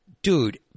Dude